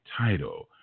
title